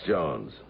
Jones